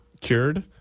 cured